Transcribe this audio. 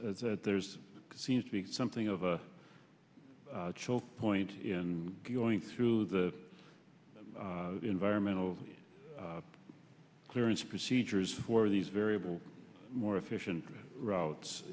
that there's seems to be something of a choke point in going through the environmental clearance procedures for these variable more efficient routes